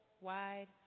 wide